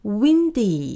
windy